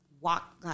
walk